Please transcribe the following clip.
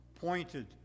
pointed